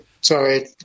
sorry